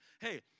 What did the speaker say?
hey